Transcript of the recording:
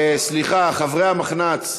סליחה, חברי המחנ"צ,